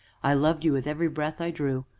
i loved you with every breath i drew.